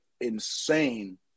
insane